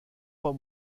pas